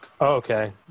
okay